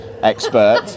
expert